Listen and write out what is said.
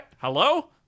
hello